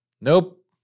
nope